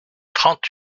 trente